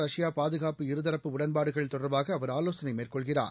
Russia பாதுகாப்பு இருதரப்பு உடன்பாடுகள் தொடர்பாக அவர் ஆலோசனை இந்திய மேற்கொள்கிறார்